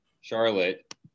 Charlotte